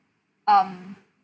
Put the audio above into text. um